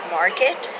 market